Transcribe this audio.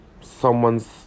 someone's